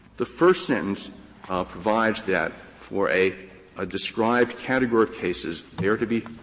the first sentence provides that for a ah described category of cases, they are to be,